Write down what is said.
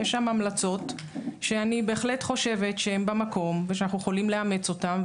יש שם המלצות שאני בהחלט חושבת שהן במקום ושאנחנו יכולים לאמץ אותן,